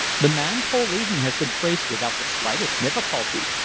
the man's whole evening has been traced without the slightest difficulty.